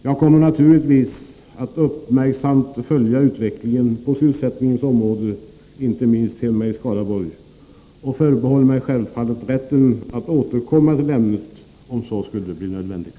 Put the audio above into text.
Jag kommer naturligtvis att uppmärksamt följa utvecklingen på sysselsättningsområdet, inte minst hemma i Skaraborg, och förbehåller mig självfallet rätten att återkomma till ämnet om så skulle bli nödvändigt.